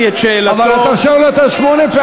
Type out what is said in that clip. אבל אתה שואל אותה שמונה פעמים.